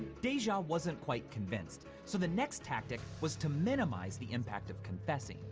deja wasn't quite convinced. so the next tactic was to minimize the impact of confessing.